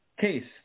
case